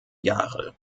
jahre